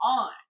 on